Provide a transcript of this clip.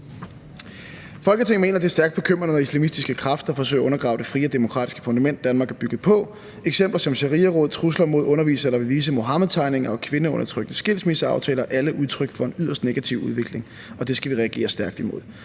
»Folketinget mener, at det er stærkt bekymrende, når islamistiske kræfter forsøger at undergrave det frie og demokratiske fundament, Danmark er bygget på. Eksempler som shariaråd, trusler mod undervisere, der vil vise Muhammedtegninger, og kvindeundertrykkende skilsmisseaftaler er alle udtryk for en yderst negativ udvikling, og det skal vi reagere stærkt imod.